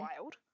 wild